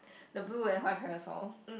the blue and white parasol